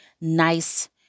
nice